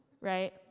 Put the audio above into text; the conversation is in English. right